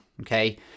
Okay